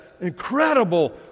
incredible